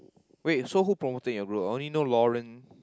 wait so who promote in your group I only know